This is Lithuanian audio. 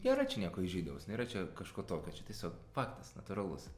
nėra čia nieko įžeidaus nėra čia kažko tokio čia tiesiog faktas natūralus